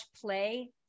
play